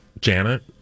Janet